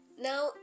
Now